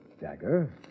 Dagger